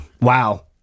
Wow